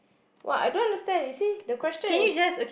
what I don't understand you see the question is